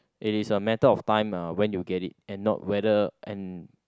it is a matter of time uh when you get it and no whether and